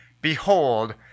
Behold